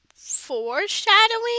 Foreshadowing